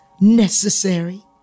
necessary